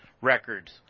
records